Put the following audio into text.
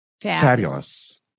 Fabulous